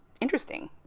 interesting